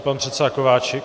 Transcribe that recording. Pan předseda Kováčik.